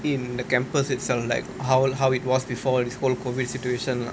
in the campus itself like how how it was before this whole COVID situation lah